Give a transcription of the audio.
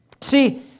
See